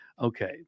Okay